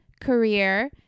career